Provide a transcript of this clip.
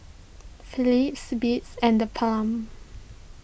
Philips Beats and theBalm